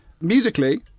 Musically